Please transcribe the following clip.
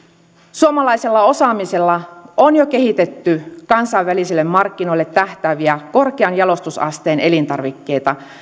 suomalaisella osaamisella on jo kehitetty kansainvälisille markkinoille tähtääviä korkean jalostusasteen elintarvikkeita